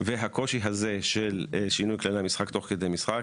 והקושי הזה של שינוי כללי המשחק תוך כדי משחק